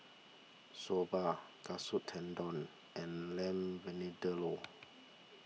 Soba Katsu Tendon and Lamb Vindaloo